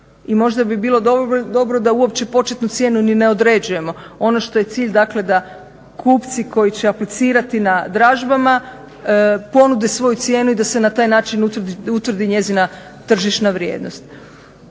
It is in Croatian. možda bi bilo dobro da uopće početnu cijenu ni ne određujemo. Ono što je cilj dakle da kupci koji će aplicirati na dražbama ponude svoju cijenu i da se na taj način utvrdi njezina tržišna vrijednost.